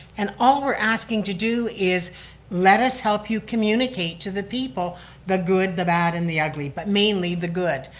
and all we're asking to do is let us help you communicate to the people the good, the bad and the ugly but mainly the good.